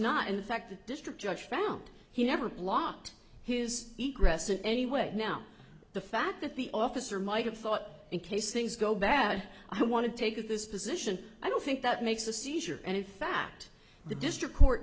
not in fact the district judge found he never blocked his rests in any way now the fact that the officer might have thought in case things go bad i want to take this position i don't think that makes a seizure and in fact the district court